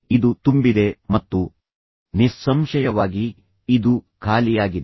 ಇದು ತುಂಬಿದೆ ಮತ್ತು ನಿಸ್ಸಂಶಯವಾಗಿ ಇದು ಖಾಲಿಯಾಗಿದೆ